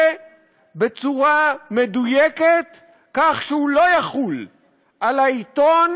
בצורה מדויקת כך שהוא לא יחול על העיתון